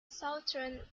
southern